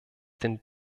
den